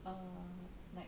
err like